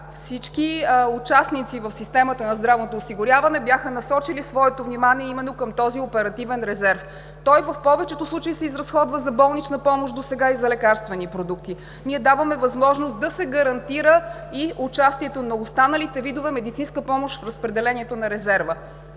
всички участници в системата на здравното осигуряване бяха насочили своето внимание именно към този оперативен резерв. Той в повечето случаи досега се изразходва за болнична помощ и за лекарствени продукти. Ние даваме възможност да се гарантира и участието на останалите видове медицинска помощ в разпределението на резерва.